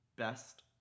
best